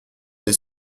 des